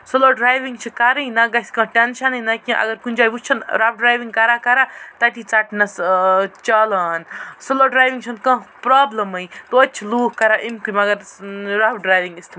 سٔلو driving چھےٚ کرٕنۍ نہ گژھِ کیٚنہہ ٹٮ۪نشَنٕے نہ کیٚنہہ اَگر کُنہِ جایہِ وُچھُن رَٚ ڈرٮ۪وِنگ کران کران تٔتہِ ژَتنَس چالان سٔلو ڈرٮ۪وِنگ چھےٚ نہٕ کانہہ پروبلِمٕے توتہِ تہِ لوٗکھ کران أمۍ کِنۍ رَف ڈرٮ۪وِنگ